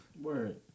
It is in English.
Word